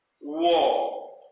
war